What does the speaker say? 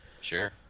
sure